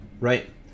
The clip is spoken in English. Right